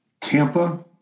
Tampa